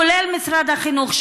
כולל משרד החינוך,